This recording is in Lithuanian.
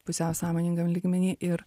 pusiau sąmoningam lygmeny ir